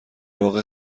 واقع